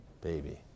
baby